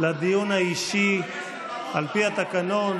קריאה ראשונה,